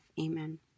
Amen